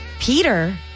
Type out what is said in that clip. Peter